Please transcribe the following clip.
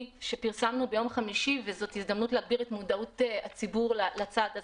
שפרסמנו ביום חמישי וזאת הזדמנות להגביר את מודעות הציבור לצעד הזה,